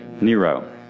Nero